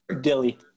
Dilly